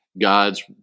God's